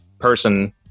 person